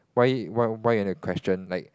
why why why you want to question like